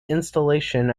installation